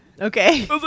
Okay